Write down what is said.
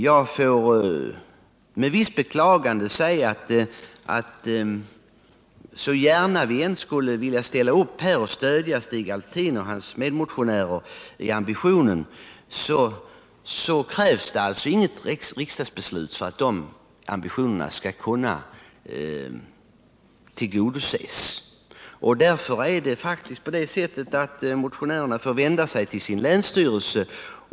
Jag måste med visst beklagande säga att hur gärna vi än skulle vilja stödja Stig Alftin och hans medmotionärer, så är det alltså så att det inte krävs något riksdagsbeslut för att önskemålen skall kunna uppfyllas. Motionärerna får vända sig till sin länsstyrelse.